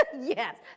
Yes